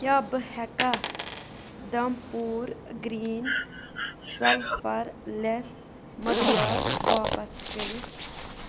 کیٛاہ بہٕ ہٮ۪کا ڈھمپوٗر گرٛیٖن سَلفَر لٮ۪س مٔدریر واپس کٔرِتھ